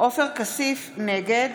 נגד